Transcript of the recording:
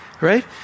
Right